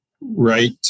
Right